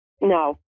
No